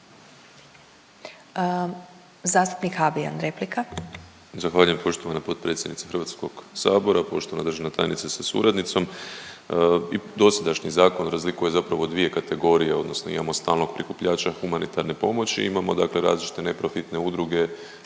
Zastupnik Ivanović, replika.